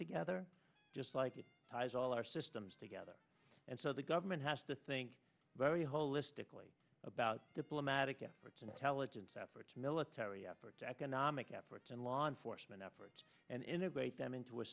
together just like the ties all our systems together and so the government has to think very holistically about diplomatic efforts intelligence efforts military efforts economic efforts and law enforcement efforts and integrate them into a